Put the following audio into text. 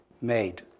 made